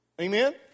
Amen